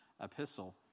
epistle